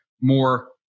more